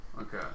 Okay